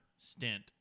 Stint